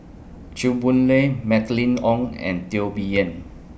Chew Boon Lay Mylene Ong and Teo Bee Yen